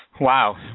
Wow